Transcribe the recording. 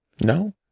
No